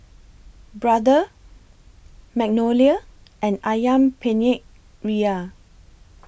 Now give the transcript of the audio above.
Brother Magnolia and Ayam Penyet Ria